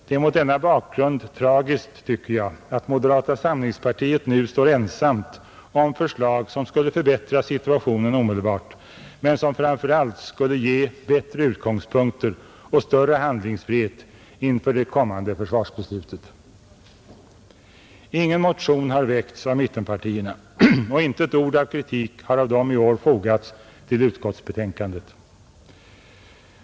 Det är mot denna bakgrund tragiskt, tycker jag, att moderata samlingspartiet nu står ensamt om förslag som skulle förbättra situationen omedelbart men s n framför allt skulle ge bättre utgångspunkter och större handlingsfrihet inför det kommande försvarsbeslutet. Ingen motion har väckts av mittenpartierna, och inte ett ord av kritik har av dem i år fogats till utskottsbetänkandet.